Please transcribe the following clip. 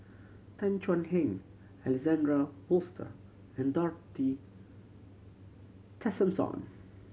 Tan Thuan Heng Alexander Wsolter and Dorothy Tessensohn